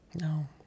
No